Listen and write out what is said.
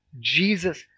Jesus